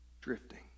drifting